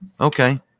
okay